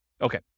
okay